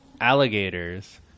alligators